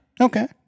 Okay